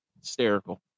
hysterical